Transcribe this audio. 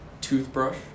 Toothbrush